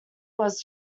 was